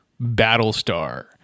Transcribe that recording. Battlestar